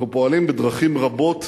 אנחנו פועלים בדרכים רבות